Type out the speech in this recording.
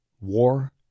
war